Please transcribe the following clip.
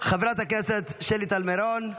חברת הכנסת שלי טל מירון,